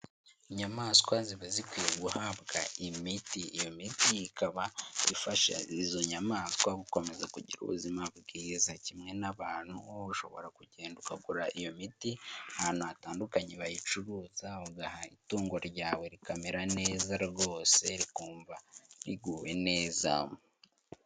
Inyamaswa ziba zikwiye guhabwa imiti, iyo miti ikaba ifasha izo nyamaswa gukomeza kugira ubuzima bwiza kimwe n'abantu, wowe ushobora kugenda ukagura iyo miti ahantu hatandukanye bayicuruza ugaha itungo ryawe rikamera neza rwose rikumva riguwe neza.